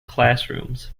classrooms